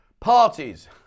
Parties